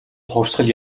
хувьсгал